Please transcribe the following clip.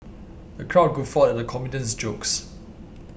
the crowd guffawed at the comedian's jokes